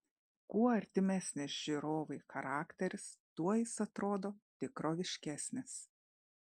kuo artimesnis žiūrovui charakteris tuo jis atrodo tikroviškesnis